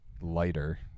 lighter